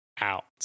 out